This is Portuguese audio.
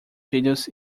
filhos